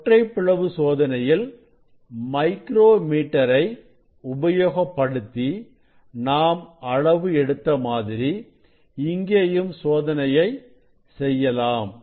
ஒற்றைப் பிளவு சோதனையில் மைக்ரோ மீட்டரை உபயோகப்படுத்தி நாம் அளவு எடுத்த மாதிரி இங்கேயும் சோதனையை செய்யலாம்